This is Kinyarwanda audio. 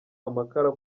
amakara